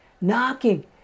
knocking